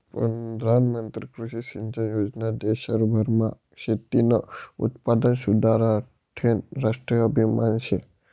प्रधानमंत्री कृषी सिंचन योजना देशभरमा शेतीनं उत्पादन सुधारासाठेनं राष्ट्रीय आभियान शे